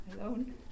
alone